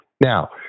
Now